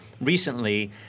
recently